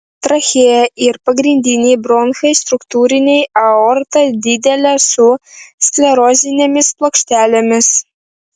trachėja ir pagrindiniai bronchai struktūriniai aorta didelė su sklerozinėmis plokštelėmis